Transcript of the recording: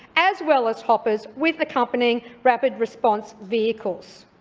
as well as hoppers with accompanying rapid response vehicles.